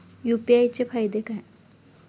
UPI चे फायदे काय?